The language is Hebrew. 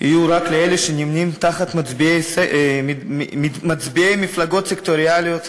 יהיו רק לאלה שנמנים עם מצביעי מפלגות סקטוריאליות,